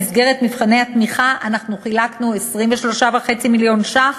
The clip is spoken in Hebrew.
במסגרת מבחני התמיכה אנחנו חילקנו 23.5 מיליון ש"ח